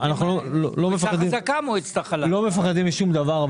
אנחנו לא מפחדים משום דבר.